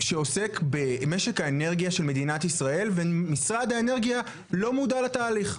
איך שעוסק משק האנרגיה של מדינת ישראל ומשרד האנרגיה לא מודע לתהליך,